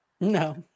No